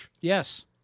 yes